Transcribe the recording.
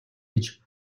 гэж